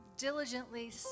Diligently